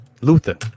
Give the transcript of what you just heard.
Luther